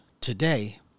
today